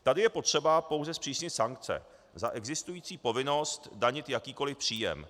Tady je potřeba pouze zpřísnit sankce za existující povinnost danit jakýkoli příjem.